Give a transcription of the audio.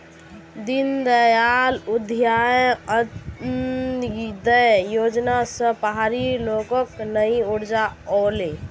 दीनदयाल उपाध्याय अंत्योदय योजना स पहाड़ी लोगक नई ऊर्जा ओले